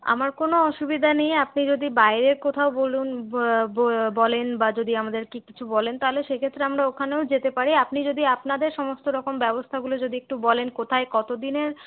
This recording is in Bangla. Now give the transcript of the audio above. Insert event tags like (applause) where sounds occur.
আমার কোনো অসুবিধা নেই আপনি যদি বাইরে কোথাও বলুন (unintelligible) বলেন বা যদি আমাদের কে কিছু বলেন তাহলে সে ক্ষেত্রে আমরা ওখানেও যেতে পারি আপনি যদি আপনাদের সমস্ত রকম ব্যবস্থাগুলো যদি একটু বলেন কোথায় কতদিনের